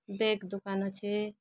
bag ଦୋକାନ ଅଛି